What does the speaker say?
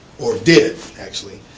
or did actually,